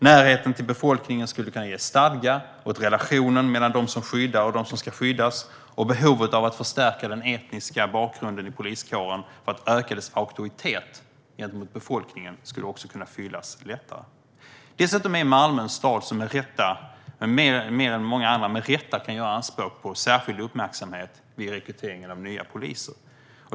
Närheten till befolkningen skulle kunna ge stadga åt relationen mellan dem som skyddar och dem som ska skyddas, och behovet av att förstärka den etniska bakgrunden i poliskåren för att öka dess auktoritet gentemot befolkningen skulle också kunna fyllas lättare. Dessutom är Malmö en stad som mer än många andra med rätta kan göra anspråk på särskild uppmärksamhet vid rekryteringen av nya poliser.